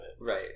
right